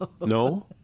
No